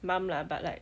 mum lah but like